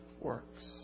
works